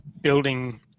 building